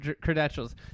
credentials